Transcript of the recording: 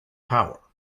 power